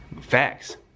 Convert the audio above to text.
Facts